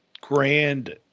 grand